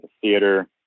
theater